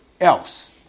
else